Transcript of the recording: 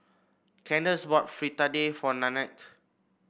Kandace bought Fritada for Nannette